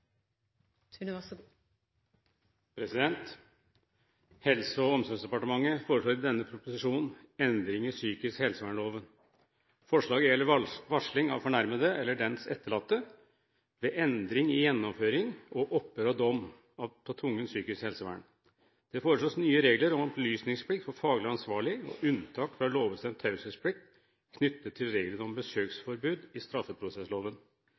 for pasienten. Helse- og omsorgsdepartementet foreslår i denne proposisjonen endringer i psykisk helsevernloven. Forslaget gjelder varsling av fornærmede eller dennes etterlatte ved endringer i gjennomføring og opphør av dom på tvungent psykisk helsevern. Det foreslås nye regler om opplysningsplikt for faglig ansvarlig og unntak fra lovbestemt taushetsplikt knyttet til reglene om besøksforbud i